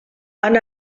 han